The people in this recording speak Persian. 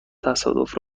تصادف